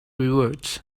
rewards